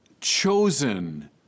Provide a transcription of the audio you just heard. chosen